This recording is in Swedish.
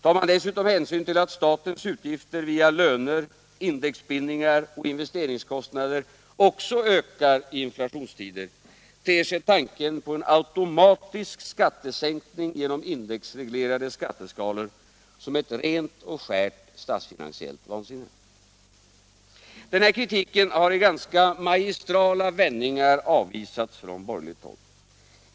Tar man dessutom hänsyn till att statens utgifter via löner, indexbindningar och investeringskostnader också ökar i inflationstider, ter sig tanken på en automatisk skattesänkning genom indexreglerade skatteskalor som ett rent och skärt statsfinansiellt vansinne. Den här kritiken har i ganska magistrala vändningar avvisats från borgerligt håll.